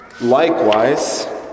Likewise